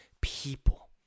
people